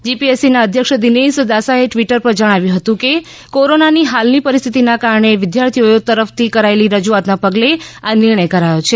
જીપીએસસીના અધ્યક્ષ દિનેશ દાસાએ ટ્વિટર પર જણાવ્યું હતું કે કોરોનાની હાલની પરિસ્થિતીના કારણે વિદ્યાર્થીઓએ તરફથી કરાયેલી રજૂઆતના પગલે આ નિર્ણય કરાયો છે